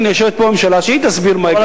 הנה, יושבת פה הממשלה, שהיא תסביר מה ההיגיון.